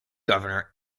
governor